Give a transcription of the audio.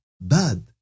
bad